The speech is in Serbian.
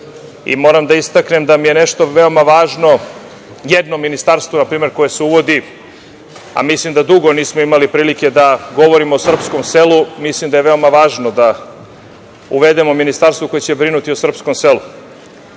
Moram da istaknem da mi je nešto veoma važno, jedno ministarstvo, na primer koje se uvodi, a mislim da dugo nismo imali prilike da govorimo o srpskom selu, mislim da je veoma važno da uvedemo ministarstvo koje će brinuti o srpskom selu. Ono